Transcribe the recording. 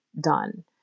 done